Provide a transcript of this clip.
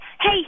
hey